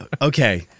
okay